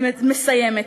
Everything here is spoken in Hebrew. אני מסיימת.